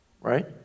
right